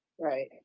Right